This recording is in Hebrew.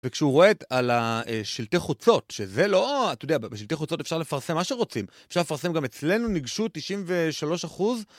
וכשהוא רואה את על השלטי חוצות, שזה לא, אתה יודע, בשלטי חוצות אפשר לפרסם מה שרוצים, אפשר לפרסם גם אצלנו ניגשו 93%.